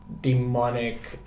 demonic